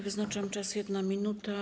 Wyznaczam czas - 1 minuta.